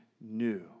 new